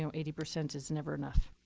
you know eighty percent is never enough.